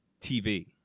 TV